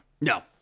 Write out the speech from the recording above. No